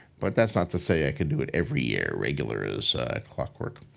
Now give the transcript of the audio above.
but that's not to say could do it every year, regular as clockwork.